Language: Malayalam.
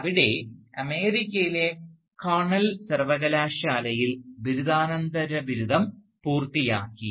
അവിടെ അമേരിക്കയിലെ കോർണൽ സർവകലാശാലയിൽ ബിരുദാനന്തര ബിരുദം പൂർത്തിയാക്കി